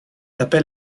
appel